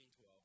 12